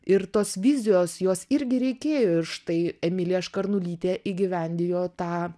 ir tos vizijos jos irgi reikėjo ir štai emilija škarnulytė įgyvendijo tą